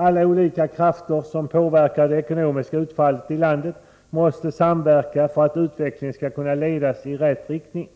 Alla olika krafter som påverkar det ekonomiska utfallet i landet måste samverka för att utvecklingen skall kunna ledas i rätt riktning.